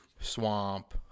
swamp